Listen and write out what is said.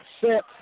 set